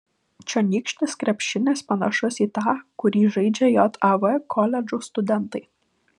čionykštis krepšinis panašus į tą kurį žaidžia jav koledžų studentai